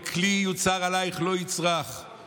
"כל כלי יוּצַר עלַיִך לא יצלח".